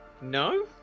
No